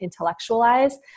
intellectualize